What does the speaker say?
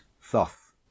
Thoth